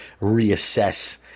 reassess